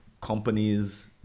companies